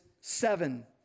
seven